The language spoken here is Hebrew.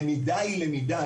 למידה היא למידה.